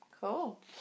Cool